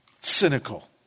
cynical